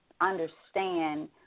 understand